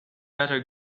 better